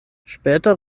später